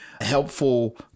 helpful